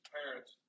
parents